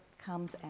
comes